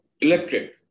electric